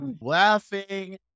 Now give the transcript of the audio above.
laughing